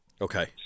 Okay